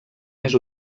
més